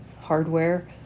hardware